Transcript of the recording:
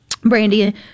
Brandy